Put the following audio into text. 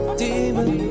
demon